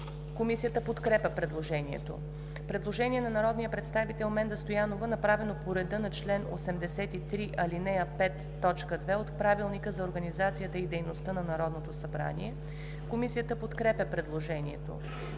Комисията подкрепя предложението. Предложение на народния представител Менда Стоянова, направено по реда на чл. 83, ал. 5, т. 2 от Правилника за организацията и дейността на Народното събрание. Комисията подкрепя предложението.